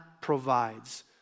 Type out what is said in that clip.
provides